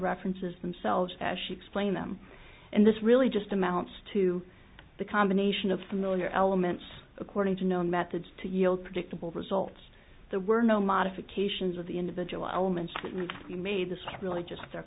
references themselves as she explained them and this really just amounts to the combination of familiar elements according to known methods to yield predictable results there were no modifications of the individual elements you made this really just